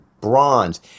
bronze